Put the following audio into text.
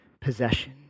possession